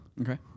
Okay